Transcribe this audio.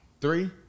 Three